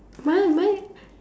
mine my